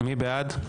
מי בעד?